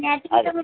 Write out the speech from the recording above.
ଆଜ୍ଞା